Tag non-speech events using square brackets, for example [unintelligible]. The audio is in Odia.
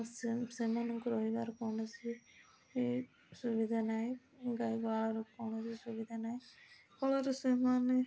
ମୁଁ [unintelligible] ସେମାନଙ୍କୁ ରହିବାର କୌଣସି ସୁବିଧା ନାହିଁ ଗାଈ ଗୁହାଳ ର କୌଣସି ସୁବିଧା ନାହିଁ ଫଳରେ ସେମାନେ